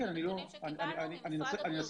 אלה נתונים שקיבלנו ממשרד הבריאות.